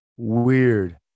Weird